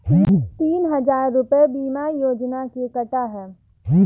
तीन हजार रूपए बीमा योजना के कटा है